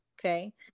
Okay